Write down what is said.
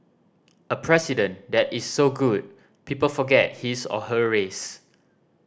a president that is so good people forget his or her race